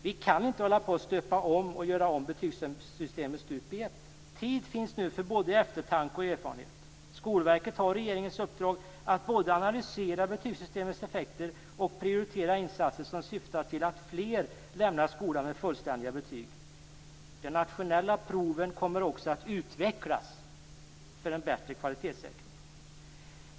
Vi kan inte hålla på och stöpa om betygssystemet stup i ett. Tid finns nu för både eftertanke och erfarenhet. Skolverket har regeringens uppdrag att både analysera betygssystemets effekter och prioritera insatser som syftar till att fler lämnar skolan med fullständiga betyg. De nationella proven kommer också att utvecklas för en bättre kvalitetssäkring.